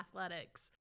athletics